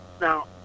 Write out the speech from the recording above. Now